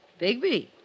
Bigby